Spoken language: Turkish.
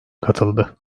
katıldı